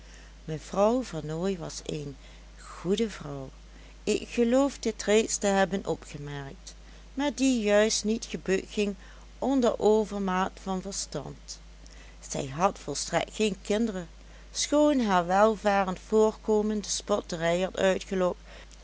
mevrouw vernooy was eene goede vrouw ik geloof dit reeds te hebben opgemerkt maar die juist niet gebukt ging onder overmaat van verstand zij had volstrekt geen kinderen schoon haar welvarend voorkomen de spotternij had uitgelokt